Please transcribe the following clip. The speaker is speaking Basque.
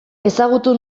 ezagutu